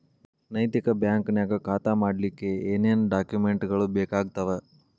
ನೈತಿಕ ಬ್ಯಾಂಕ ನ್ಯಾಗ್ ಖಾತಾ ಮಾಡ್ಲಿಕ್ಕೆ ಏನೇನ್ ಡಾಕುಮೆನ್ಟ್ ಗಳು ಬೇಕಾಗ್ತಾವ?